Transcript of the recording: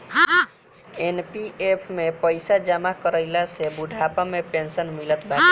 NPF में पईसा जमा कईला पे बुढ़ापा में पेंशन मिलत बाटे